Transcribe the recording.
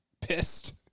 pissed